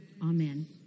Amen